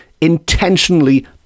intentionally